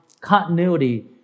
continuity